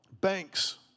banks